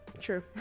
True